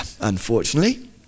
unfortunately